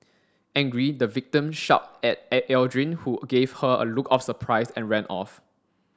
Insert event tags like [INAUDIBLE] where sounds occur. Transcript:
angry the victim shout at [UNINTELLIGIBLE] Aldrin who gave her a look of surprise and ran off